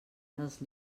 dels